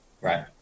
right